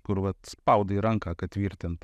kur vat spaudai ranką kad tvirtint